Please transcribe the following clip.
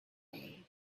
way